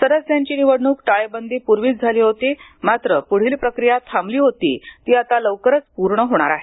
सदस्यांची निवडण्क टाळेबंदी पूर्वीच झाली होती मात्र पुढील प्रक्रिया थांबली होती ती आता लवकरच पूर्ण होणार आहे